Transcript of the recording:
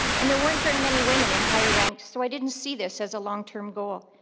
and there weren't very many women in higher ranks, so i didn't see this as a long term goal.